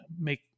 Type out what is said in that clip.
make